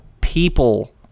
People